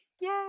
Yay